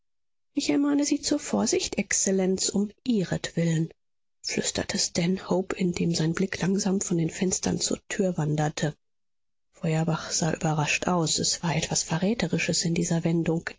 ich ermahne sie zur vorsicht exzellenz um ihretwillen flüsterte stanhope indem sein blick langsam von den fenstern zur tür wanderte feuerbach sah überrascht aus es war etwas verräterisches in dieser wendung